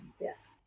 Yes